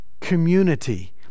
community